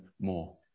more